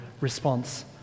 response